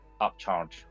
upcharge